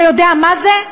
אתה יודע מה זה?